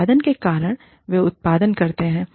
उत्पादन के कारण वे उत्पादन करते हैं